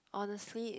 honestly it